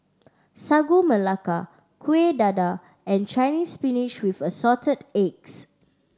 Sagu Melaka Kueh Dadar and Chinese Spinach with Assorted Eggs